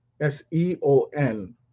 S-E-O-N